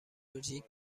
بلژیک